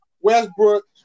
Westbrook